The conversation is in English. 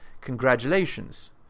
Congratulations